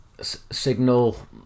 signal